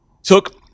Took